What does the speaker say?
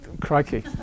Crikey